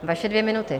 Vaše dvě minuty.